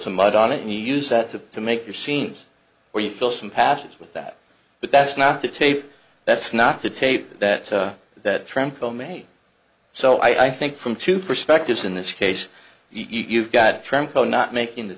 some mud on it and use that to to make your scenes where you feel some passions with that but that's not the tape that's not to tape that that trend komi so i think from two perspectives in this case you've got franco not making the